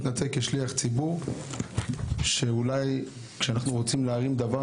מתנצל כשליח ציבור שאולי כשאנחנו רוצים להרים דבר,